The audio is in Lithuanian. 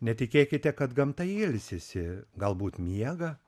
netikėkite kad gamta ilsisi galbūt miega